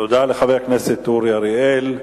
תודה לחבר הכנסת אורי אריאל.